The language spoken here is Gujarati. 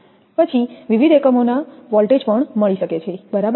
પછી વિવિધ એકમોમાંનો વોલ્ટેજ પણ મળી શકે છે બરાબર